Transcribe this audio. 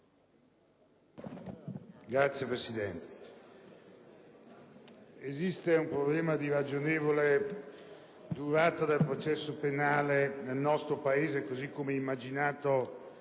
Signor Presidente, esiste un problema di ragionevole durata del processo penale nel nostro Paese, così come immaginato